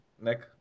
Nick